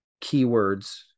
keywords